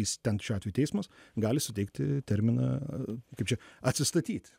jis ten šiuo atveju teismas gali suteikti terminą kaip čia atsistatyti